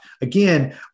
Again